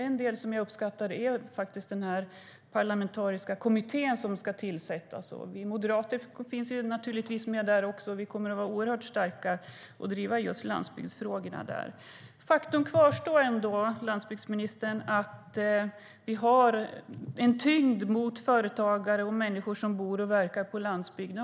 En del som jag uppskattar är den parlamentariska kommitté som ska tillsättas. Vi moderater finns naturligtvis med där också, och vi kommer att vara oerhört starka när det gäller att driva just landsbygdsfrågorna. Faktum kvarstår ändå, landsbygdministern: Vi har en tyngd mot företagare och människor som bor och verkar på landsbygden.